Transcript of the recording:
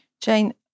Jane